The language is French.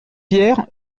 pierre